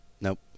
Nope